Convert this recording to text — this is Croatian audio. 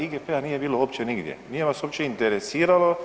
IGP-a nije bilo uopće nigdje, nije vas uopće interesiralo.